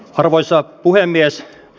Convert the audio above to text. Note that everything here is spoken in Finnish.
arvoisa puhemies